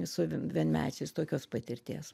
su vie vienmečiais tokios patirties